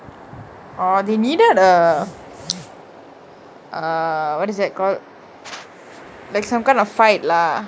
oh they needed a err what is that called like some kind of fight lah